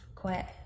Quit